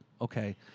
okay